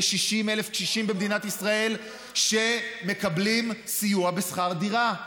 יש 60,000 קשישים במדינת ישראל שמקבלים סיוע בשכר דירה,